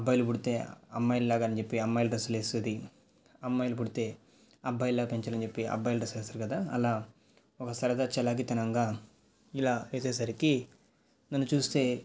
అబ్బాయిలు పుడితే అమ్మాయిలు లాగా అని చెప్పి అమ్మాయిలు డ్రస్సులు వేసేది అమ్మాయిలు పుడితే అబ్బాయిలా పెంచాలని చెప్పి అబ్బాయిల డ్రెస్సు వేస్తారు కదా అలా ఒక సరదా చలాకితనంగా ఇలా వేసేసరికి నన్ను చూస్తే